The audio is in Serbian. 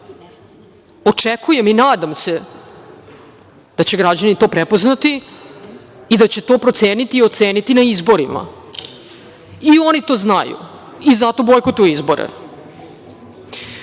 očekujem i nadam se da će građani to prepoznati i da će to proceniti i oceniti na izborima i oni to znaju i zato bojkotuju izbore. Ali,